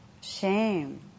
shame